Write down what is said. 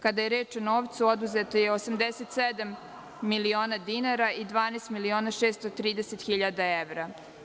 Kada je reč o novcu, oduzeto je 87 miliona dinara i 12.630.000 evra.